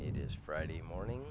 it is friday morning